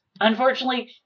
unfortunately